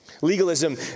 Legalism